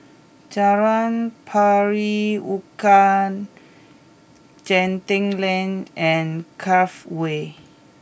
Jalan Pari Unak Genting Lane and Cove Way